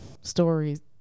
stories